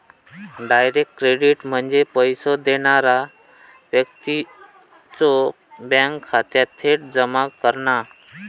direct credit म्हणजे पैसो देणारा व्यक्तीच्यो बँक खात्यात थेट जमा करणा